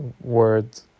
word